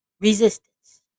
resistance